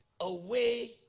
away